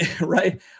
right